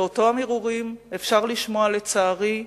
ואותם הרהורים אפשר לשמוע, לצערי,